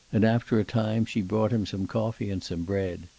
and after a time she brought him some coffee and some bread.